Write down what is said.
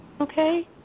Okay